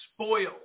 spoiled